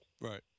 Right